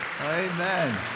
Amen